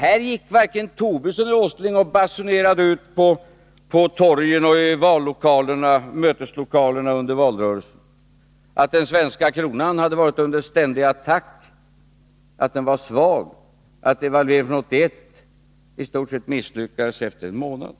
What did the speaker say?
Detta gick varken Lars Tobisson eller Nils Åsling och basunerade ut på torgen och i möteslokalerna under valrörelsen — att den svenska kronan varit under ständig attack, att den var svag, att devalveringen från 1981 i stort sett misslyckades efter en månad.